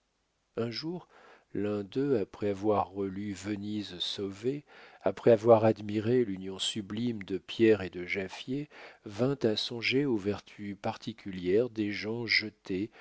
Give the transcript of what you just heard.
un jour l'un d'eux après avoir relu venise sauvée après avoir admiré l'union sublime de pierre et de jaffier vint à songer aux vertus particulières des gens jetés